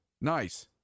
Nice